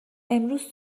امروز